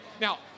Now